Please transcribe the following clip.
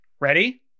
Ready